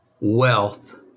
wealth